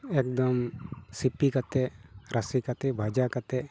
ᱮᱠᱫᱚᱢ ᱥᱤᱯᱤ ᱠᱟᱛᱮᱫ ᱨᱟᱥᱮ ᱠᱟᱛᱮᱫ ᱵᱷᱟᱡᱟ ᱠᱟᱛᱮᱫ